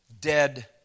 dead